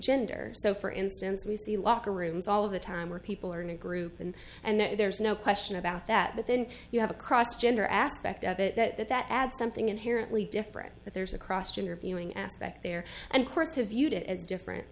gender so for instance we see locker rooms all the time where people are in a group and and there's no question about that but then you have across gender aspect of it that that that adds something inherently different but there's a cross gender viewing aspect there and courts have viewed it as different